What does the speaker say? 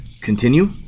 Continue